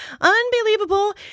Unbelievable